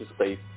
space